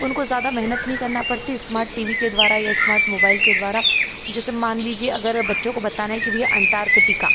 उनको ज़्यादा मेहनत नहीं करना पड़ती इस्मार्ट टी वी के द्वारा या एस्मार्ट मोबाईल के द्वारा जैसे मान लीजिए अगर बच्चों को बताना है भैया अंटार्कटिका